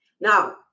Now